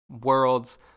worlds